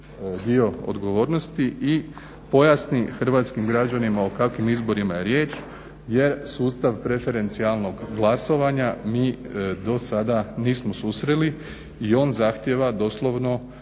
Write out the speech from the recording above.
dio odgovornosti i pojasni hrvatskim građanima o kakvim izborima je riječ jer sustav … glasovanja mi do sada nismo susreli i on zahtjeva doslovno